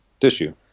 tissue